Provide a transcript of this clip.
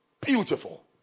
Beautiful